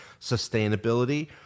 sustainability